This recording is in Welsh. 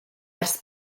ers